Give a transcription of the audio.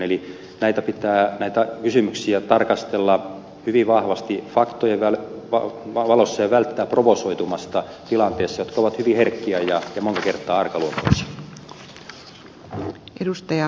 eli näitä kysymyksiä pitää tarkastella hyvin vahvasti faktojen valossa ja välttää provosoitumasta tilanteissa jotka ovat hyvin herkkiä ja monta kertaa arkaluontoisia